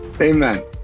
Amen